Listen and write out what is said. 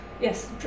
Yes